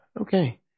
Okay